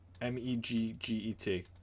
M-E-G-G-E-T